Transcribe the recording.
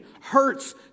hurts